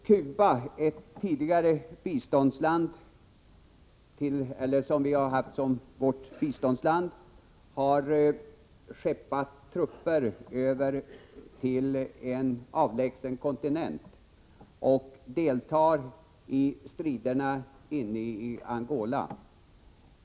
Cuba, som tidigare har fått svenskt bistånd, har skeppat trupper till en avlägsen kontinent och deltar i striderna inne i Angola.